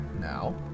now